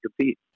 compete